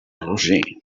rossí